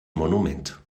monument